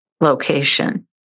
location